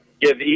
give